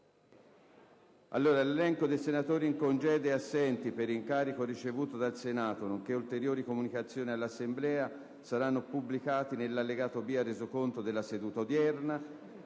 L'elenco dei senatori in congedo e assenti per incarico ricevuto dal Senato, nonché ulteriori comunicazioni all'Assemblea saranno pubblicati nell'allegato B al Resoconto della seduta odierna.